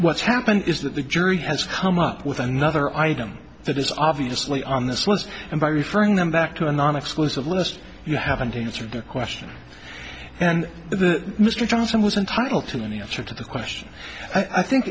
what's happened is that the jury has come up with another item that is obviously on this list and by referring them back to a non exclusive list you haven't answered the question and the mr johnson was entitled to any answer to the question i think